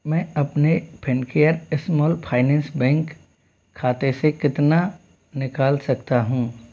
मैं अपने Fincare small finance bank खाते से कितना निकाल सकता हूँ